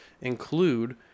include